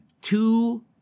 two